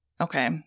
okay